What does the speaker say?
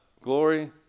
Glory